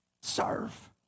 Serve